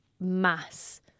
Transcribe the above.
mass